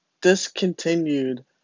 discontinued